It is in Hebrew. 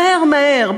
מהר מהר,